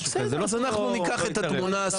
בסדר, אז אנחנו ניקח את התמונה הסופית.